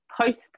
post